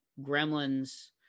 Gremlins